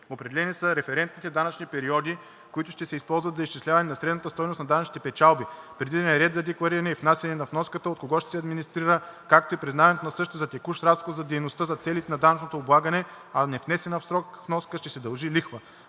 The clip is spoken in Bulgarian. Определени са референтните данъчни периоди, които ще се използват за изчисляване на средната стойност на данъчните печалби. Предвиден е ред за деклариране и внасяне на вноската, от кого ще се администрира, както и признаването на същата за текущ разход за дейността за целите на данъчното облагане, а за невнесена в срок вноска ще се дължи лихва.